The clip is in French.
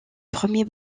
premiers